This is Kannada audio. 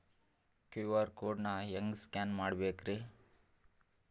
ಕ್ಯೂ.ಆರ್ ಕೋಡ್ ನಾ ಹೆಂಗ ಸ್ಕ್ಯಾನ್ ಮಾಡಬೇಕ್ರಿ?